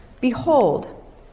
Behold